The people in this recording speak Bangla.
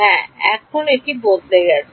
হ্যাঁ এটিও এখন বদলে গেছে